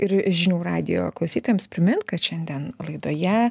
ir žinių radijo klausytojams primint kad šiandien laidoje